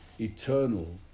eternal